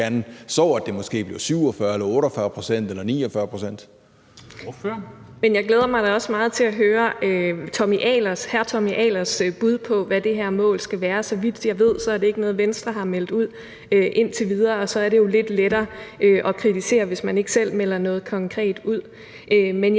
Jeg glæder mig da også meget til at høre hr. Tommy Ahlers' bud på, hvad det her mål skal være. Så vidt jeg ved, er det ikke noget, Venstre har meldt ud om indtil videre, og det er jo lidt lettere at kritisere, hvis man ikke selv melder noget konkret ud.